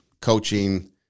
coaching